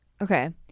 Okay